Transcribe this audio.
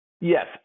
Yes